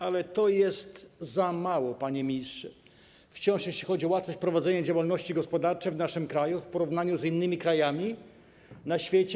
Ale to jest wciąż za mało, panie ministrze, jeśli chodzi o łatwość prowadzenia działalności gospodarczej w naszym kraju w porównaniu z innymi krajami na świecie.